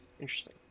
Interesting